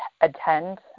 attend